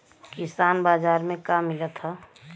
किसान बाजार मे का मिलत हव?